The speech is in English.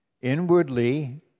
Inwardly